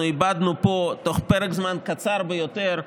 אנחנו איבדנו פה בתוך פרק זמן קצר ביותר,